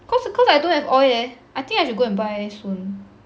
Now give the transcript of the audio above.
cause I cause I don't have oil leh I think I should go and buy soon